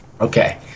Okay